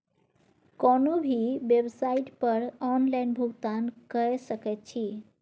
कोनो भी बेवसाइट पर ऑनलाइन भुगतान कए सकैत छी